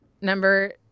number